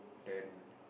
then